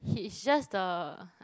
he's just the